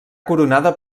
coronada